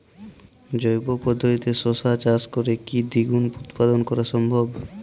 জৈব পদ্ধতিতে শশা চাষ করে কি দ্বিগুণ উৎপাদন করা সম্ভব?